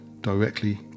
directly